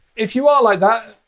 if you are like that,